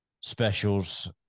specials